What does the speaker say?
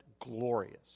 glorious